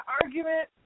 argument